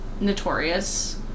Notorious